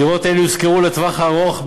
דירות אלו יושכרו לטווח הארוך,